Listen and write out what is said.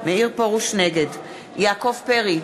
נגד יעקב פרי,